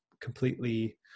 completely